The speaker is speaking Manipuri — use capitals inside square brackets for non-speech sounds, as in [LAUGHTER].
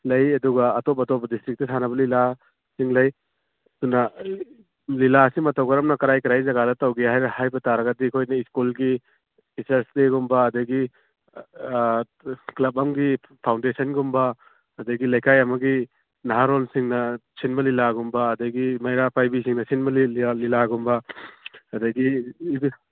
ꯂꯩ ꯑꯗꯨꯒ ꯑꯇꯣꯞ ꯑꯇꯣꯞꯄ ꯗꯤꯁꯇ꯭ꯔꯤꯛꯇ ꯁꯥꯟꯅꯕ ꯂꯤꯂꯥꯁꯤꯡ ꯂꯩ ꯑꯗꯨꯅ ꯂꯤꯂꯥꯁꯤ ꯃꯇꯧ ꯀꯔꯝꯅ ꯀꯔꯥꯏ ꯀꯔꯥꯏ ꯖꯒꯥꯗ ꯇꯧꯒꯦ ꯍꯥꯏꯅ ꯍꯥꯏꯕ ꯇꯥꯔꯒꯗꯤ ꯑꯩꯈꯣꯏꯒꯤ ꯁ꯭ꯀꯨꯜꯒꯤ ꯇꯤꯆꯔꯁ ꯗꯦꯒꯨꯝꯕ ꯑꯗꯒꯤ ꯀ꯭ꯂꯕ ꯑꯝꯒꯤ ꯐꯥꯎꯟꯗꯦꯁꯟꯒꯨꯝꯕ ꯑꯗꯒꯤ ꯂꯩꯀꯥꯏ ꯑꯃꯒꯤ ꯅꯍꯥꯔꯣꯜꯁꯤꯡꯅ ꯁꯤꯟꯕ ꯂꯤꯂꯥꯒꯨꯝꯕ ꯑꯗꯒꯤ ꯃꯩꯔꯥ ꯄꯥꯏꯕꯤꯁꯤꯡꯅ ꯁꯤꯟꯕ ꯂꯤꯂꯥꯒꯨꯝꯕ ꯑꯗꯒꯤ [UNINTELLIGIBLE]